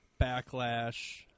backlash